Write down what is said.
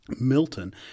Milton